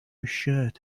shirt